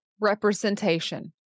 representation